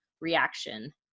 reaction